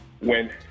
Win